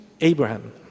Abraham